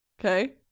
Okay